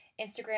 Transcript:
Instagram